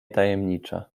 tajemnicza